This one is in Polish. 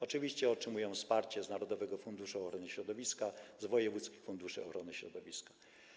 Oczywiście otrzymują też wsparcie z narodowego funduszu ochrony środowiska i z wojewódzkich funduszy ochrony środowiska.